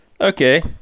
Okay